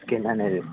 skin అనేది